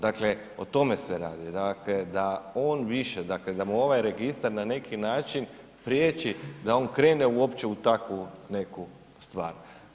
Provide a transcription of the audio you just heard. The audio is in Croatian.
Dakle, o tome se radi, dakle da on više, dakle da mu ovaj registar na neki način prijeći da on krene uopće u takvu neku stvar.